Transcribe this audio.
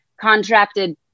contracted